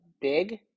big